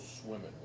swimming